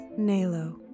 Nalo